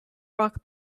rock